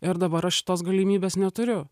ir dabar aš šitos galimybės neturiu